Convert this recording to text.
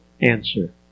answer